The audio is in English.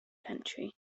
country